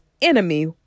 Enemy